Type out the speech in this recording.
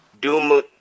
Doom